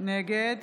נגד